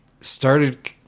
started